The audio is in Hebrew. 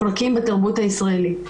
פרקים בתרבות הישראלית.